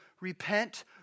repent